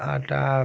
आटा